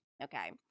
Okay